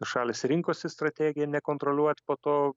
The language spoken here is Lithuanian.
šalys rinkosi strategiją nekontroliuoti po to